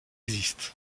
existent